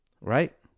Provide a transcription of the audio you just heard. right